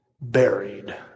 buried